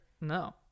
No